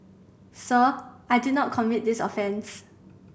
sir I did not commit this offence